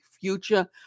future